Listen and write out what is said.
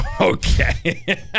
Okay